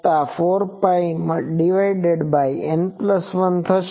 તેથી N1 side lobes વતા 4Πn1 થશે